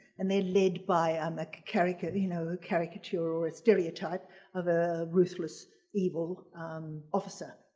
and they're led by a um a character, you know, a caricature or a stereotype of a ruthless evil officer.